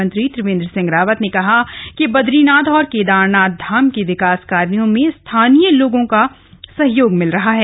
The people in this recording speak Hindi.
मुख्यमंत्री त्रिवेन्द्र सिंह रावत ने कहा कि बदरीनाथ और केदारनाथ धाम के विकास कार्यो में स्थानीय लोगों का सहयोग मिल रहा है